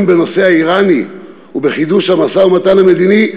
בנושא האיראני ובחידוש המשא-ומתן המדיני,